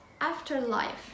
Afterlife